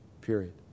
period